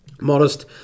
Modest